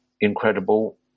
incredible